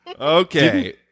Okay